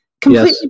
completely